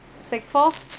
sec~ four